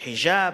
חג'אב,